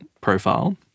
profile